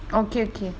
okay okay